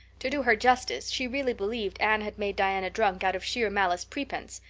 to do her justice, she really believed anne had made diana drunk out of sheer malice prepense,